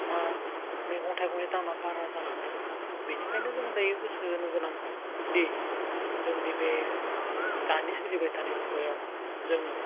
मा मैगं थाइगंनि दामआ बारा जालांदों बेनिखायनो जों दायो गोसो होनोगोनां दि जोंनि बे दानि सोलिबाय थानाय मुगायाव जोङो